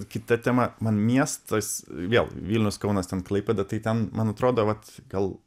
kita tema man miestas vėl vilnius kaunas ten klaipėda tai ten man atrodo vat gal